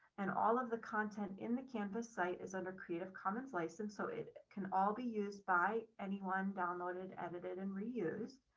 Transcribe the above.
and all of the content in the canvas site is under creative commons license. so it can all be used by anyone downloaded, edited, and reuse.